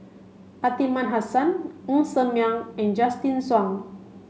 Aliman Hassan Ng Ser Miang and Justin Zhuang